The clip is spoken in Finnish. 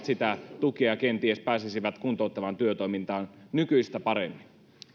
sitä tukea kenties pääsisivät kuntouttavaan työtoimintaan nykyistä paremmin